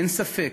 אין ספק